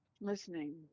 Listening